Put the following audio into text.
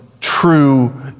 true